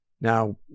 Now